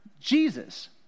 Jesus